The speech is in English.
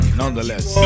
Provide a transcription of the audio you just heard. nonetheless